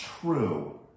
true